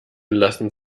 lassen